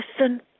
listen